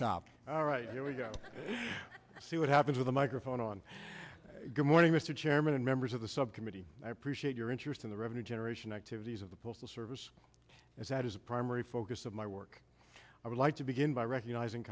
top all right here we go see what happens with the microphone on good morning mr chairman and members of the subcommittee i appreciate your interest in the revenue generation activities of the postal service as that is a primary focus of my work i would like to begin by recognizing